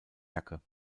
jacke